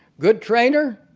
good trainer,